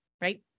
right